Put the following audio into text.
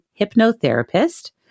hypnotherapist